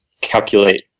calculate